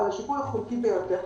אבל שיפוי איכותי ביותר,